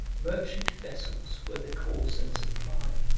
merchant vessels were the cause and supply,